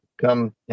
come